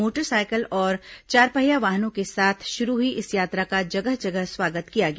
motorcycle और चारपहिया वाहनों के साथ शुरू हुई इस यात्रा का जगह जगह स्वागत किया गया